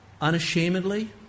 unashamedly